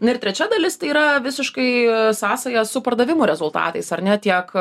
nu ir trečia dalis tai yra visiškai sąsaja su pardavimų rezultatais ar ne tiek